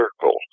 circle